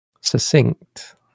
succinct